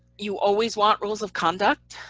you always want rules of conduct,